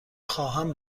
خواهم